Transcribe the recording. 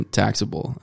taxable